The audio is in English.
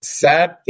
sad